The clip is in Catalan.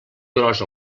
gros